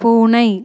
பூனை